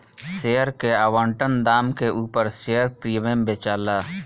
share के आवंटन दाम के उपर शेयर प्रीमियम बेचाला